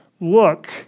look